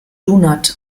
donut